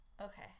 Okay